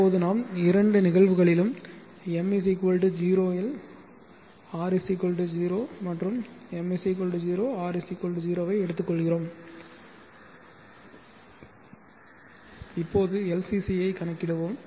இப்போது நாம் இரண்டு நிகழ்வுகளிலும் M 0 இல் R 0 மற்றும் M 0 R 0 ஐ எடுத்துக்கொள்கிறோம் இப்போது LCC ஐ கணக்கிடுவோம்